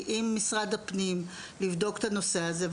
עם משרד הפנים כדי לבדוק את הנושא הזה,